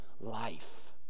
life